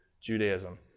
Judaism